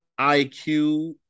IQ